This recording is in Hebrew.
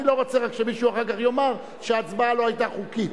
אני לא רוצה רק שמישהו אחר כך יאמר שההצבעה לא היתה חוקית.